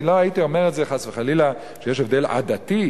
אני לא הייתי אומר, חס וחלילה, שיש הבדל עדתי,